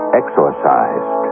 exorcised